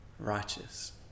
Righteous